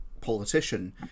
politician